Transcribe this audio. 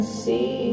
see